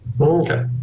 Okay